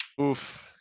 Oof